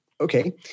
Okay